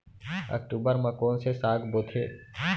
अक्टूबर मा कोन से साग बोथे?